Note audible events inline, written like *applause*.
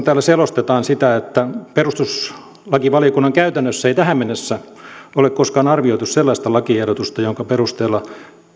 *unintelligible* täällä selostetaan sitä että perustuslakivaliokunnan käytännössä ei tähän mennessä ole koskaan arvioitu sellaista lakiehdotusta jonka perusteella